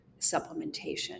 supplementation